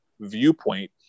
viewpoint